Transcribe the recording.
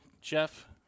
Jeff